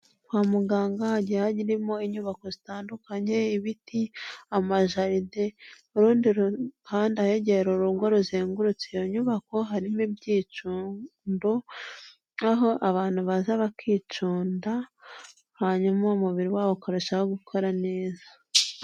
Kwa muganga hagiye harimo inyubako zitandukanye, ibiti, amajaride, urundi ruhande ahegere urugo ruzengurutse iyo nyubako, harimo ibyicundo, aho abantu baza bakicunda, hanyuma umubiri wabo ukarushaho gukora neza.